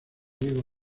diego